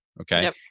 okay